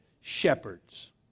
shepherds